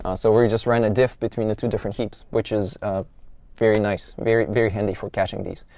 so we we just ran a diff between the two different heaps, which is very nice, very very handy for catching these.